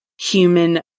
human